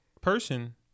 person